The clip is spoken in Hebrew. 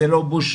זו לא בושה,